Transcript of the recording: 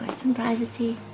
some privacy.